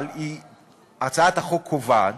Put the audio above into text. אבל הצעת החוק קובעת